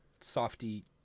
Softy